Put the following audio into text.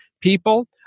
people